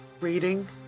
reading